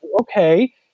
okay